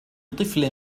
طفل